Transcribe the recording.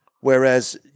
Whereas